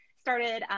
started